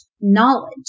knowledge